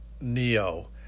Neo